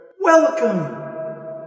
welcome